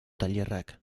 tailerrak